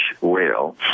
whale